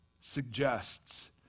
suggests